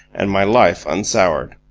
and my life unsoured.